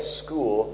school